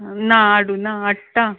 ना हाडू ना हाडटा